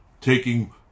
taking